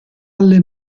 alle